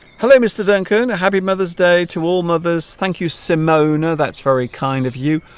hello mr. duncan a happy mother's day to all mothers thank you simone oh that's very kind of you